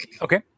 Okay